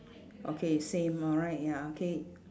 okay same alright ya okay